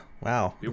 wow